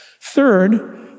Third